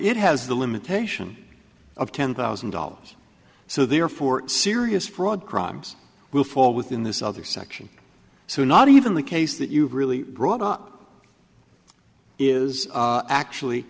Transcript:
it has the limitation of ten thousand dollars so therefore serious fraud crimes will fall within this other section so not even the case that you've really brought up is actually